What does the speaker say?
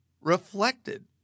reflected